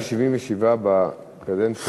177 בקדנציה הזאת?